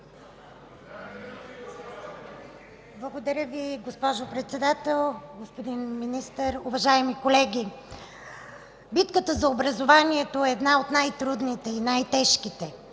Благодаря Ви, госпожо Председател. Господин Министър, уважаеми колеги! Битката за образованието е една от най трудните и най-тежките,